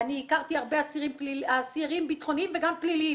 - ואני הכרתי הרבה אסירים ביטחוניים ופליליים